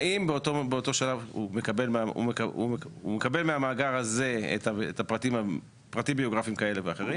האם באותו שלב הוא מקבל מהמאגר הזה פרטים ביוגרפיים כאלה ואחרים